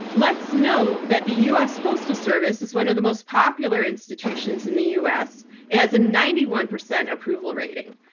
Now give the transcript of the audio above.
let's note that the us postal service is one of the most popular institutions in the us. it has a ninety one percent approval rating.